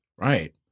Right